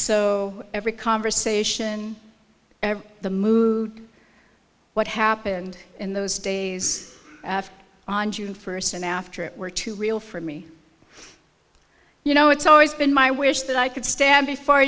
so every conversation the mood what happened in those days on june first and after it were too real for me you know it's always been my wish that i could stand before